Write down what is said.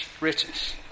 riches